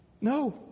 No